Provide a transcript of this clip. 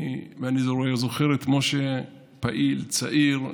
אני זוכר את משה פעיל צעיר,